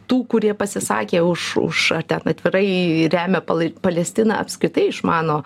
tų kurie pasisakė už už ar ten atvirai remia palai palestiną apskritai išmano